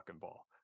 ball